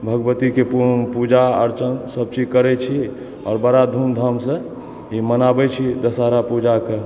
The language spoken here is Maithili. भगवती के पूजा अर्चन सब चीज करै छी आओर बड़ा धूम धाम सॅं ई मनाबै छी दसहरा पूजा के